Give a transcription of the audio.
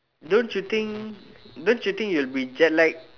don't you think don't you think you'll be jetlag